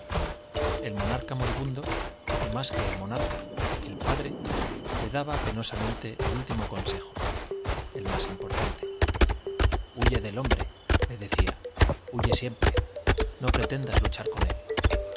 el monarca moribundo y más que el monarca le daba penosamente el último consejo el más padre importante huye del hombre le decía huye siempre no pretendas luchar con él